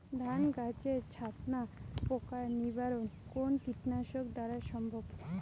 ধান গাছের ছাতনা পোকার নিবারণ কোন কীটনাশক দ্বারা সম্ভব?